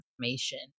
information